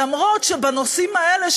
אף-על-פי שבנושאים האלה,